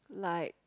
like